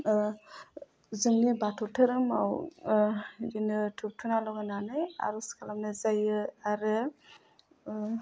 ओह जोंनि बाथौ धोरोमाव ओह बिदिनो धुप धुना लगायनानै आर'ज खालामनाय जायो आरो ओह